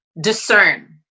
discern